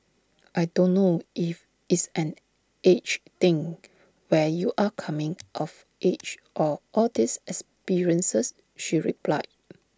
I don't know if it's an age thing where you're coming of age or all these experiences she replied